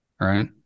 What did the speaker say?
right